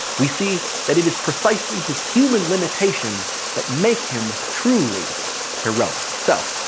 we see that it is precisely his human limitations that make him truly heroic. so,